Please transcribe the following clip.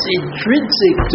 intrinsic